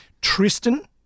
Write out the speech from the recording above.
Tristan